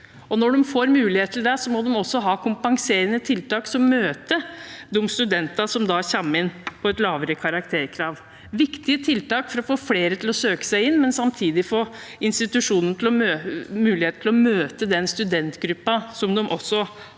når de får mulighet til det, må de også ha kompenserende tiltak som møter de studentene som da kommer inn på et lavere karakterkrav. Dette er viktige tiltak for å få flere til å søke seg inn, men samtidig får institusjonen mulighet til å møte den studentgruppen som de har